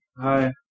Hi